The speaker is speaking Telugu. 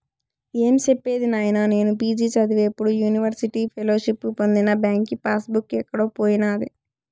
ఏం సెప్పేది నాయినా, నేను పి.జి చదివేప్పుడు యూనివర్సిటీ ఫెలోషిప్పు పొందిన బాంకీ పాస్ బుక్ ఎక్కడో పోయినాది